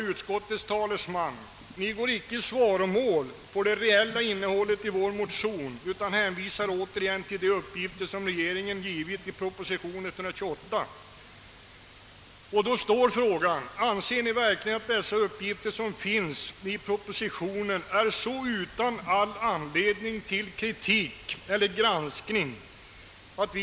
Utskottet går inte i svaromål på det reella innehållet i vår motion utan hänvisar återigen till de uppgifter som regeringen har lämnat i proposition nr 128. Jag vill därför fråga utskottets talesman: Anser utskottet verkligen att de uppgifter som lämnats i propositionen är helt riktiga och att det inte finns anledning till kritik eller granskning?